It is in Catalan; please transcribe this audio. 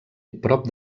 prop